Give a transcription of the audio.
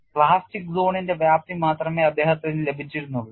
plastic സോണിന്റെ വ്യാപ്തി മാത്രമേ അദ്ദേഹത്തിന് ലഭിച്ചിരുന്നുള്ളൂ